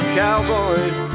cowboys